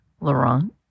Laurent